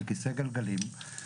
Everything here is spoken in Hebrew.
בכיסא גלגלים,